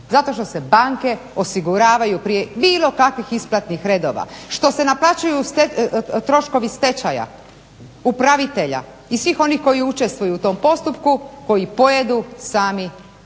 Zato što se banke osiguravaju prije bilo kakvih isplatnih redova, što se naplaćuju troškovi stečaja upravitelja i svih onih koji učestvuju u tom postupku koji pojedu sami